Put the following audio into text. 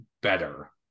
better